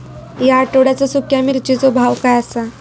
या आठवड्याचो सुख्या मिर्चीचो भाव काय आसा?